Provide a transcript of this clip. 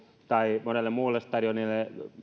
tai monelle muulle stadionille